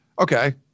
Okay